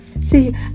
see